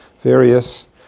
various